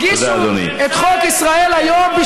הגישו את חוק ישראל היום, תודה, אדוני.